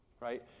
right